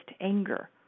anger